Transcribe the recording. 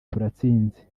turatsinze